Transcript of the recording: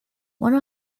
one